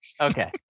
Okay